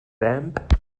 vamp